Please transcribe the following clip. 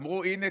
אמרו: הינה,